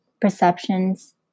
perceptions